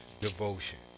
devotion